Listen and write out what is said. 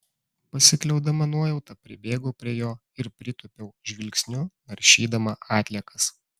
pasikliaudama nuojauta pribėgau prie jo ir pritūpiau žvilgsniu naršydama atliekas